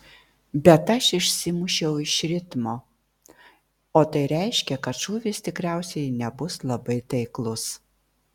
bet aš išsimušiau iš ritmo o tai reiškia kad šūvis tikriausiai nebus labai taiklus